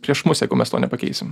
prieš mus jeigu mes to nepakeisim